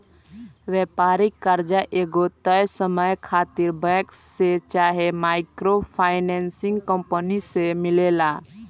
व्यापारिक कर्जा एगो तय समय खातिर बैंक से चाहे माइक्रो फाइनेंसिंग कंपनी से मिलेला